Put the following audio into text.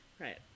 Right